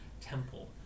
temple